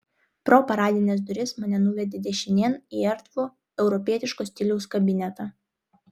pro paradines duris mane nuvedė dešinėn į erdvų europietiško stiliaus kabinetą